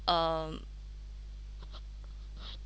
um